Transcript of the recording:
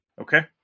Okay